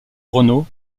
renaud